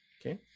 Okay